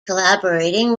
collaborating